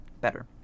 better